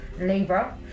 labor